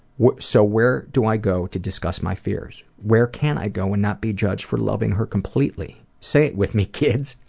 so where do i go to discuss my fears? where can i go and not be judged for loving her completely? say it with me, kids,